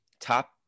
top